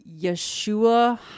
Yeshua